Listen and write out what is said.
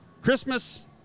Christmas